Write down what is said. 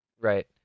right